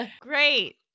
Great